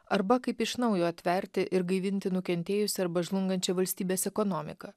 arba kaip iš naujo atverti ir gaivinti nukentėjusią arba žlungančią valstybės ekonomiką